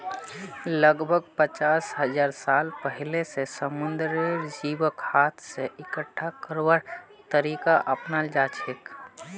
लगभग पचास हजार साल पहिलअ स समुंदरेर जीवक हाथ स इकट्ठा करवार तरीका अपनाल जाछेक